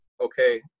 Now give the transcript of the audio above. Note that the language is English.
okay